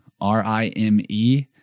R-I-M-E